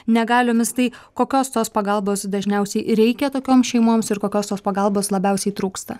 negaliomis tai kokios tos pagalbos dažniausiai reikia tokioms šeimoms ir kokios tos pagalbos labiausiai trūksta